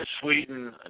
Sweden